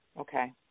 Okay